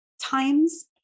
times